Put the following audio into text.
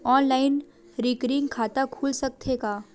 Online recurring खाता खुल सकथे का?